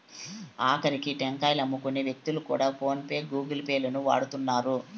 ఆకరికి టెంకాయలమ్ముకునే వ్యక్తులు కూడా ఫోన్ పే గూగుల్ పే లను వాడుతున్నారు